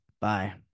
Bye